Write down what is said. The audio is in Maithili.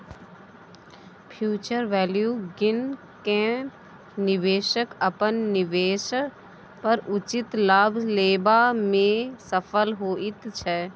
फ्युचर वैल्यू गिन केँ निबेशक अपन निबेश पर उचित लाभ लेबा मे सफल होइत छै